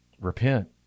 repent